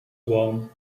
warm